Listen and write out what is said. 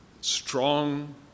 Strong